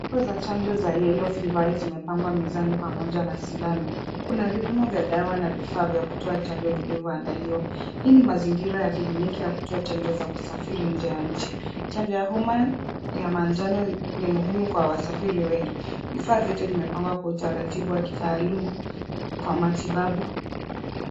Chupa za chanjo za yellow fever zimepangwa mezani pamoja na sindano. Kuna vipimo vya dawa na vifaa vya kutoa chanjo vilivyoandaliwa. Hii ni mazingira ya kliniki ya kutoa chanjo za kusafiri nje ya nchi. Chanjo ya homa ya manjano ni muhimu kwa wasafiri wengi. Vifaa vyote vimepangwa kwa utaratibu wa kitaalumu kwa matibabu.